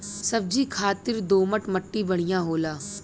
सब्जी खातिर दोमट मट्टी बढ़िया होला